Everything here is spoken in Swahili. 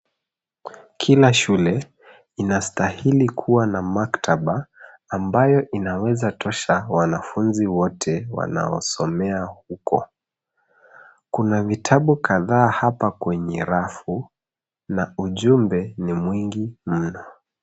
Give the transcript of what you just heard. Kila shule inastahili kuwa na maktaba ambayo inaweza tosha wanafunzi wote wanaosomea huko. Kuna vitabu kadhaa hapa kwenye rafu, na ujumbe ni mwingi mno.